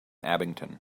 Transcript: abington